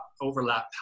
overlap